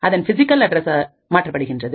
அதன் பிசிகல்அட்ரஸ் ஆக மாற்றப்படுகின்றது